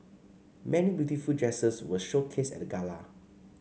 many beautiful dresses were showcased at the gala